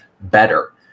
better